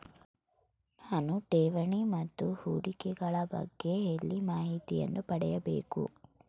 ನಾವು ಠೇವಣಿ ಮತ್ತು ಹೂಡಿಕೆ ಗಳ ಬಗ್ಗೆ ಎಲ್ಲಿ ಮಾಹಿತಿಯನ್ನು ಪಡೆಯಬೇಕು?